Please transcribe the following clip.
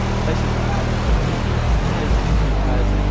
places like seneca village is because,